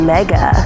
Mega